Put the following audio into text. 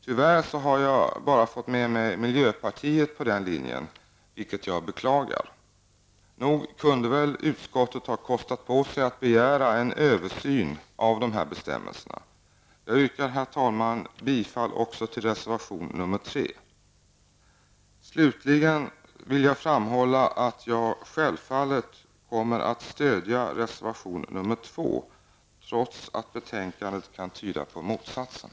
Tyvärr har jag bara fått med mig miljöpartiet på den linjen, vilket jag beklagar. Nog kunde väl utskottet ha kostat på sig att begära en översyn av de här bestämmelserna. Jag yrkar, herr talman, också bifall till reservation nr 3. Slutligen vill jag framhålla att jag självfallet kommer att stödja reservation nr 2 trots att betänkandet kan tyda på motsatsen.